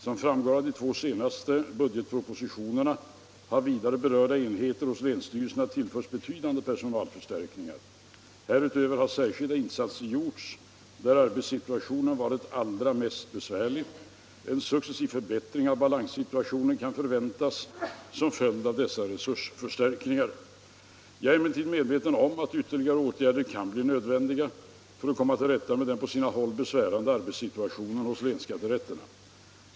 Som framgår av de två senaste budgetpropositionerna har vidare berörda enheter hos länsstyrelserna tillförts betydande personalförstärkningar. Härutöver har särskilda insatser gjorts där arbetssituationen varit allra mest besvärlig. En successiv förbättring av balanssituationen kan förväntas som följd av dessa resursförstärkningar. 85 Jag är emellertid medveten om att ytterligare åtgärder kan bli nödvändiga för att komma till rätta med den på sina håll besvärande arbetssituationen hos länsskatterätterna.